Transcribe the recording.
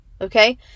Okay